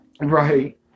Right